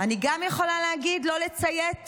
אני גם יכולה להגיד: לא לציית